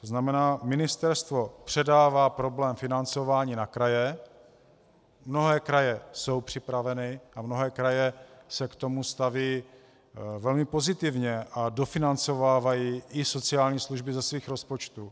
To znamená, ministerstvo předává problém financování na kraje, mnohé kraje jsou připraveny a mnohé kraje se k tomu stavějí velmi pozitivně a dofinancovávají i sociální služby ze svých rozpočtů.